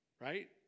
right